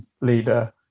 leader